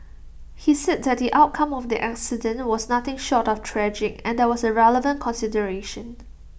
he said that the outcome of the accident was nothing short of tragic and that was A relevant consideration